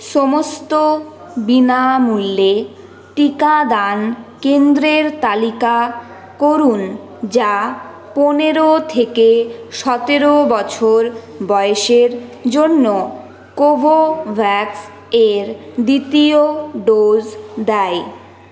সমস্ত বিনামূল্যে টিকাদান কেন্দ্রের তালিকা করুন যা পনেরো থেকে সতেরো বছর বয়েসের জন্য কোভোভ্যাক্স এর দ্বিতীয় ডোজ দেয়